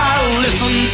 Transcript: listen